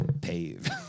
Pave